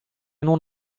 non